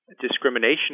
discrimination